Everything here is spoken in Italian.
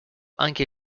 anche